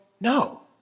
no